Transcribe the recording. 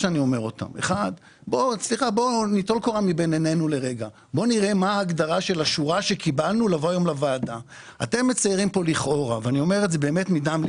דברים בסימני קריאה בלי היכולת שלנו לבוא ולהתמודד איתם,